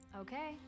Okay